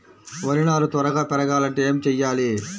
వరి నారు త్వరగా పెరగాలంటే ఏమి చెయ్యాలి?